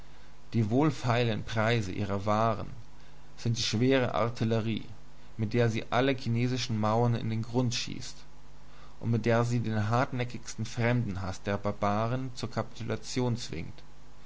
die wohlfeilen preise ihrer waren sind sind die schwere artillerie mit der sie alle chinesischen mauern in den grund schießt mit der sie den hartnäckigsten fremdenhaß der barbaren zur kapitulation zwingt